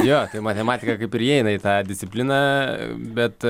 jo matematika kaip ir įeina į tą discipliną bet